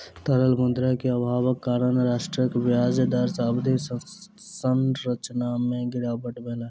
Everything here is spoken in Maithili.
तरल मुद्रा के अभावक कारण राष्ट्रक ब्याज दर अवधि संरचना में गिरावट भेल